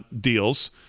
deals